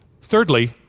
thirdly